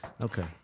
Okay